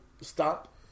stop